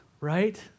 right